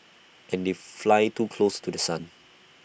and they fly too close to The Sun